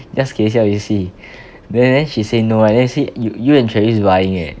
just gehsiao you see then then she say no right then you say you you and travis buying eh